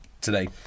today